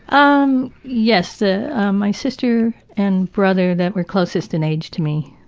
um yes, ah my sister and brother that were closest in age to me.